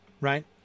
right